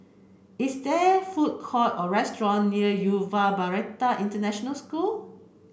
is there food court or restaurant near Yuva Bharati International School